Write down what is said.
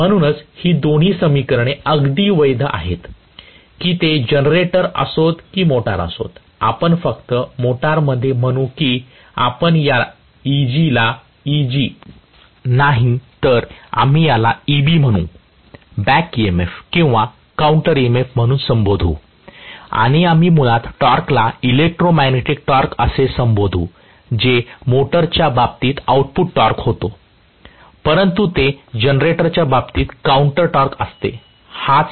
म्हणूनच ही दोन्ही समीकरणे अगदी वैध आहेत की ते जनरेटर असोत की मोटर असोत आपण फक्त मोटारमध्ये म्हणू की आपण या Eg ला Eg नाही तर आम्ही त्याला Eb म्हणू बॅक EMF किंवा काउंटर EMF म्हणून संबोधू आणि आम्ही मुळात टॉर्कला इलेक्ट्रोमॅग्नेटिक टॉर्क असे संबोधू जे मोटरच्या बाबतीत आउटपुट टॉर्क होतो परंतु ते जनरेटरच्या बाबतीत काउंटर टॉर्क असते